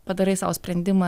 padarai sau sprendimą